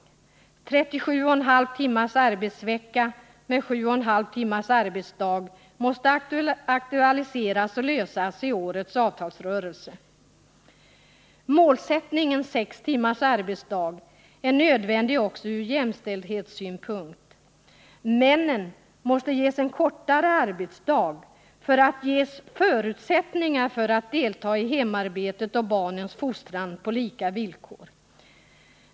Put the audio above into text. Frågan om 37,5 timmars arbetsvecka med 7,5 timmars arbetsdag måste aktualiseras och lösas i årets avtalsrörelse. Det är nödvändigt också ur jämställdhetssynpunkt att uppnå målet 6 timmars arbetsdag. Männen måste ges en kortare arbetsdag för att ha förutsättningar att på lika villkor delta i hemarbetet och barnens fostran.